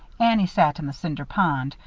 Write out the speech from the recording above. annie sat in the cinder pond,